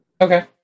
Okay